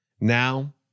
Now